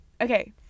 Okay